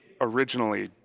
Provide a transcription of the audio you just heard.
originally